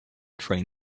train